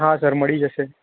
હા સર મળી જશે